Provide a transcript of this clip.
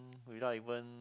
without even